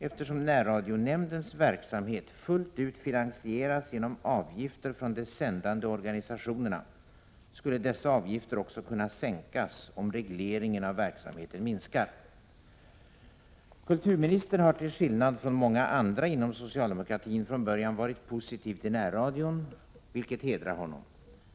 Eftersom närradionämndens verksamhet fullt ut finansieras genom avgifter från de sändande organisationerna skulle dessa avgifter också kunna sänkas, om regleringen av verksamheten minskar. Kulturministern har till skillnad från många andra inom socialdemokratin från början varit positiv till närradion, vilket hedrar honom.